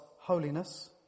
holiness